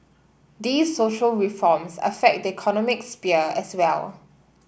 these social reforms affect the economic sphere as well